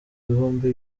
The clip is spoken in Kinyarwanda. bihumbi